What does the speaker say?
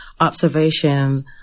observation